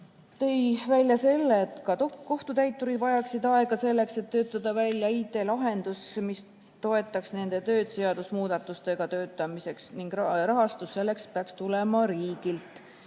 tõi välja selle, et ka kohtutäiturid vajaksid aega, et töötada välja IT-lahendus, mis toetaks nende tööd, mis tuleneb seaduste muutmisest, ning rahastus selleks peaks tulema riigilt.